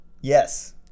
Yes